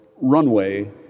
runway